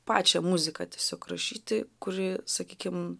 pačią muziką tiesiog rašyti kuri sakykim